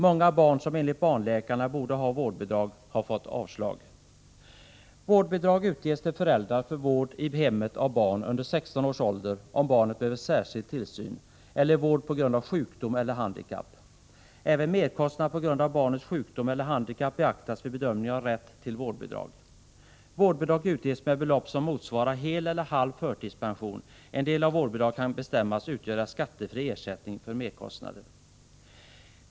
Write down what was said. Många barn som enligt barnläkarna borde ha vårdbidrag har fått avslag. Vårdbidrag utges till föräldrar för vård i hemmet av barn under 16 års ålder om barnet behöver särskild tillsyn eller vård på grund av sjukdom eller handikapp. Även merkostnader på grund av barnets sjukdom eller handikapp beaktas vid bedömningen av rätt till vårdbidrag. Vårdbidrag utges med belopp som motsvarar hel eller halv förtidspension. En del av vårdbidraget kan bestämmas utgöra skattefri ersättning för merkostnader.